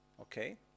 okay